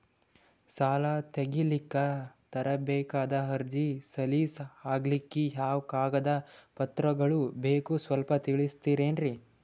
ಸಾಲ ತೆಗಿಲಿಕ್ಕ ತರಬೇಕಾದ ಅರ್ಜಿ ಸಲೀಸ್ ಆಗ್ಲಿಕ್ಕಿ ಯಾವ ಕಾಗದ ಪತ್ರಗಳು ಬೇಕು ಸ್ವಲ್ಪ ತಿಳಿಸತಿರೆನ್ರಿ?